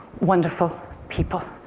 wonderful people.